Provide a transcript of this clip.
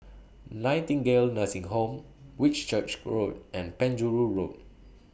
Nightingale Nursing Home Whitchurch Road and Penjuru Road